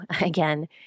again